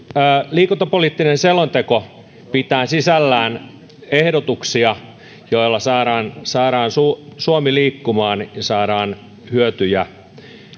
liikuntapoliittinen selonteko pitää sisällään ehdotuksia joilla saadaan saadaan suomi suomi liikkumaan ja saadaan hyötyjä